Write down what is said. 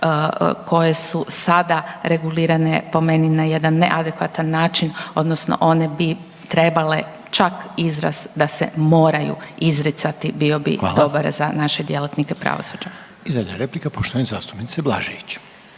koje su sada regulirane, po meni, na jedan neadekvatan način, odnosno one bi trebale čak izrast da se moraju izricati, bio bi dobar za naše djelatnike pravosuđa. **Reiner, Željko (HDZ)** I zadnja replika, poštovana zastupnica Blažević.